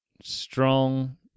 Strong